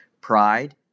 Pride